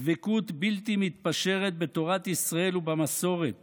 דבקות בלתי מתפשרת בתורת ישראל ובמסורת